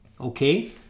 okay